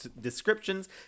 descriptions